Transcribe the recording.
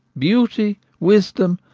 beauty, wisdom,